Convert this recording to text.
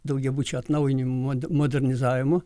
daugiabučio atnaujinimo modernizavimo